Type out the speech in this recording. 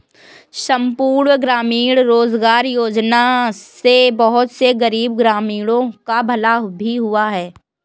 संपूर्ण ग्रामीण रोजगार योजना से बहुत से गरीब ग्रामीणों का भला भी हुआ है